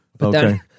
Okay